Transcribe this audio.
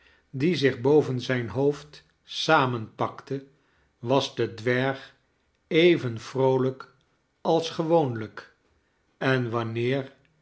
die zich boven zijnhoofd samenpakte was de dwerg even vroolijk als gewoonlijk en wanneer